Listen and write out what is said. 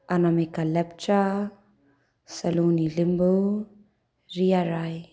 Anamika Lepcha Saloni Limbu Riya Rai